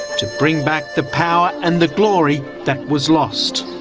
to bring back the power and the glory that was lost.